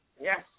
Yes